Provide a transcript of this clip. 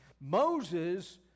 Moses